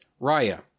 Raya